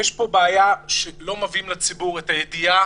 יש פה בעיה שלא מביאים לציבור את הידיעה